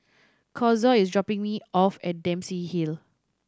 Kazuo is dropping me off at Dempsey Hill